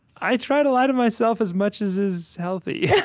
i try to lie to myself as much as is healthy. yeah